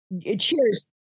cheers